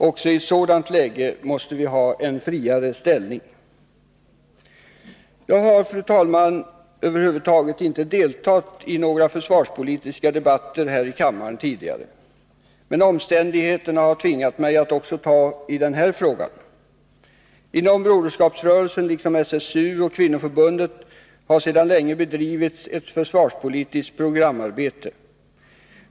Också i ett sådant läge måste vi ha en friare ställning. Jag har, fru talman, över huvud taget inte deltagit i några försvarspolitiska debatter här i kammaren tidigare. Men omständigheterna har tvingat mig att också ta tag i den här frågan. Inom Broderskapsrörelsen, liksom i SSU och Kvinnoförbundet har sedan länge bedrivits ett försvarspolitiskt programarbete.